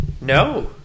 no